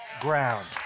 ground